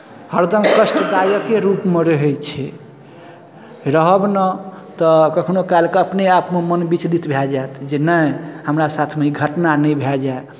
हरदम कष्टदायक रूपमे रहै छै रहब ने तऽ कखनो कालके अपने आपमे मन विचलित भए जायत जे नहि हमरा साथमे ई घटना नहि भए जाय